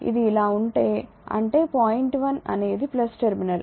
ఇది ఇలా ఉంటే అంటే పాయింట్ 1 అనేది టెర్మినల్